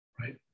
right